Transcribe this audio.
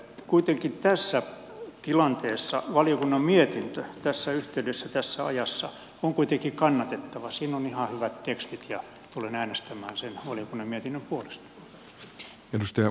kuitenkin tässä tilanteessa valiokunnan mietintö tässä yhteydessä tässä ajassa on kannatettava siinä on ihan hyvät tekstit ja tulen äänestämään sen valiokunnan mietinnön puolesta